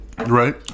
Right